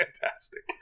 fantastic